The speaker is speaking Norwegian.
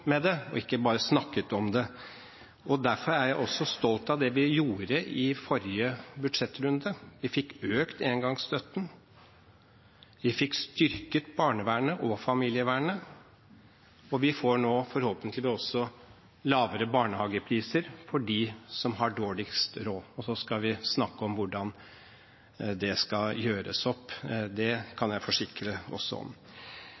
med det, og ikke bare snakker om det. Derfor er jeg også stolt av det vi gjorde i forrige budsjettrunde: Vi fikk økt engangsstøtten, vi fikk styrket barnevernet og familievernet, og vi får nå forhåpentligvis også lavere barnehagepriser for dem som har dårligst råd. Og så skal vi snakke om hvordan det skal gjøres opp – det kan jeg også forsikre om.